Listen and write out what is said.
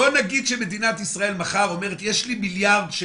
בוא נגיד שמדינת ישראל מחר אומרת: יש לי מיליארד שקל,